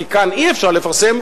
כי כאן אי-אפשר לפרסם,